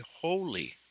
holy